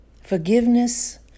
forgiveness